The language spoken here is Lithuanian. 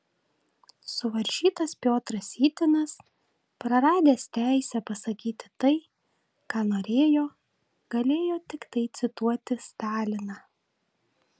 suvaržytas piotras sytinas praradęs teisę pasakyti tai ką norėjo galėjo tiktai cituoti staliną